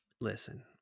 Listen